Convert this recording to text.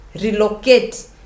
relocate